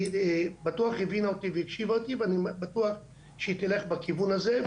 היא בטוח הבינה אותי והקשיבה לי ואני בטוח שהיא תלך בכיוון הזה.